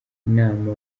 inama